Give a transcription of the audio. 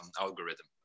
algorithm